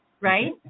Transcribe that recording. right